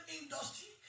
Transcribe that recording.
industry